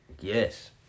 Yes